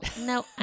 no